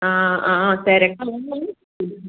ആ ആ ആ തിരക്ക് അതെ നമ്മൾ അതിന്